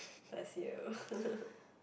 bless you